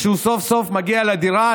כשהוא סוף-סוף מגיע לדירה,